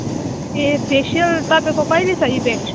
ए facial तपाईँको कहिले छ इभेन्ट